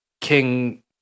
King